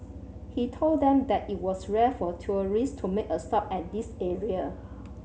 he told them that it was rare for tourist to make a stop at this area